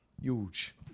Huge